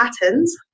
patterns